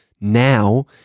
now